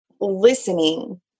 listening